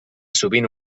sovint